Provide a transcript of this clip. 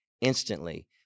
instantly